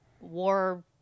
war